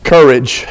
Courage